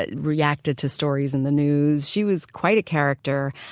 ah reacted to stories in the news. she was quite a character.